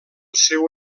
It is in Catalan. seu